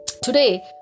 Today